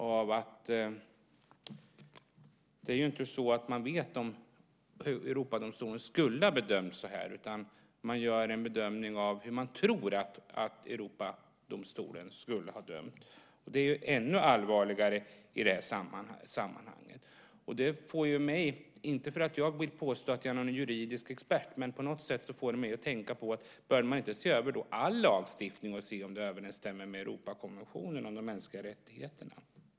Man vet inte om Europadomstolen skulle ha dömt på detta sätt, utan man gör en bedömning av hur man tror att Europadomstolen skulle ha dömt. Det är ännu allvarligare i detta sammanhang. Jag vill inte påstå att jag är någon juridisk expert, men detta får mig att tänka på följande: Bör man då inte se över all lagstiftning för att se om den överensstämmer med Europakonventionen om de mänskliga rättigheterna?